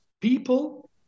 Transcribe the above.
People